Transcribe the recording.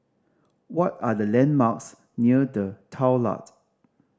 what are the landmarks near The